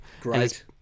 Great